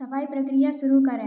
सफाई प्रक्रिया शुरू करें